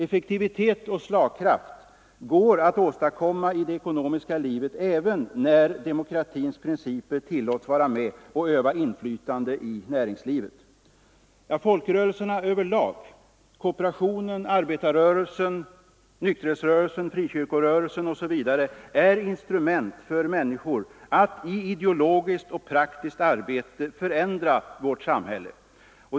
Effektivitet och slagkraft går att åstadkomma i det ekonomiska livet även när demokratins principer tillåts vara med och öva inflytande i näringslivet. Folkrörelserna överlag — kooperationen, arbetarrörelsen, nykterhetsrörelsen, frikyrkorörelsen osv. — är instrument för människor att i ideologiskt och praktiskt arbete förändra vårt samhälle.